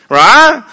right